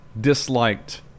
disliked